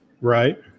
Right